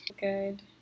good